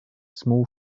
small